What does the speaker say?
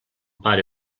pare